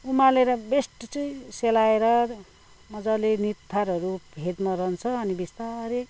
उमालेर बेस्ट चाहिँ सेलाएर मजाले निथारहरू फेदमा रहन्छ अनि बिस्तारी